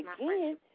again